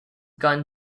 gun